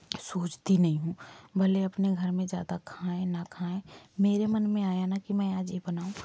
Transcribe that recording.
सोचती नहीं हूँ भले अपने घर में ज़्यादा खाएँ ना खाएँ मेरे मन में आया ना कि मैं आज ये बनाऊँ